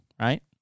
right